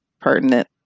pertinent